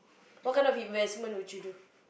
what kind of investment would you do